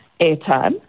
airtime